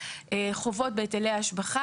חובות בהיטלי השבחה,